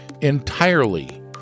entirely